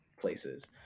places